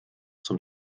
zum